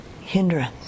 hindrance